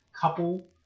couple